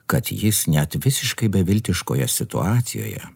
kad jis net visiškai beviltiškoje situacijoje